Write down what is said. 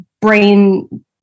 brain